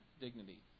dignity